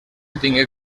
tingué